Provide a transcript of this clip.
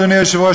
אדוני היושב-ראש,